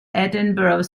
edinburgh